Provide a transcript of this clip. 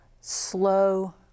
slow